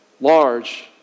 large